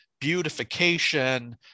beautification